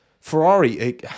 Ferrari